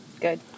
good